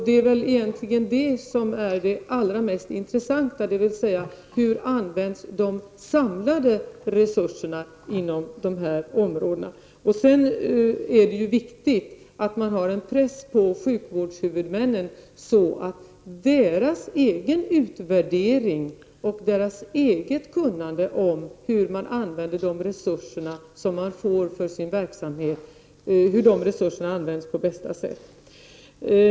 Detta är egentligen det mest intressanta, dvs. hur de samlade resurserna inom detta område används. Det är också viktigt att man har en press på sjukvårdshuvudmännen så att deras egen utvärdering och kunnande om hur man på bästa sätt skall använda de resurser som de får för sin verksamhet tas till vara.